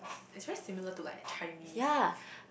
it's very similar to like Chinese